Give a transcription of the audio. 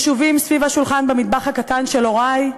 ישובים סביב השולחן במטבח הקטן של הורי,